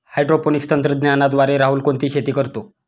Hydroponics तंत्रज्ञानाद्वारे राहुल कोणती शेती करतो?